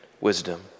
wisdom